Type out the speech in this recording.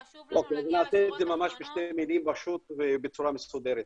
חשוב לנו להגיע -- אעשה את זה בשתי מילים ובצורה מסודרת: